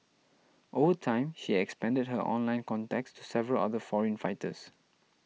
over time she expanded her online contacts to several other foreign fighters